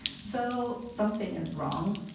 so something is wrong,